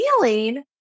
feeling